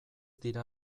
dira